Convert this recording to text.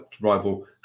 rival